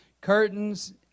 curtains